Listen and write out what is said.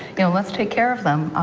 you know, let's take care of them.